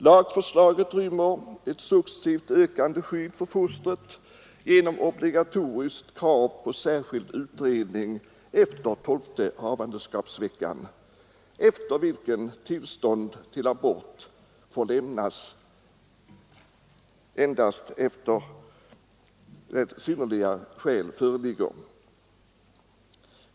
Lagförslaget rymmer ett successivt ökande skydd för fostret genom obligatoriskt krav på särskild utredning efter tolfte havandeskapsveckans utgång och sätter framför allt en särskild gräns vid utgången av adertonde havandeskapsveckan, efter vilken tillståndet till abort får lämnas endast om synnerliga skäl föreligger.